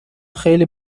خیلی